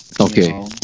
Okay